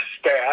staff